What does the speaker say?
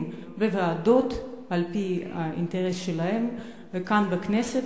בוועדות על-פי האינטרס שלהם כאן בכנסת,